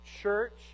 church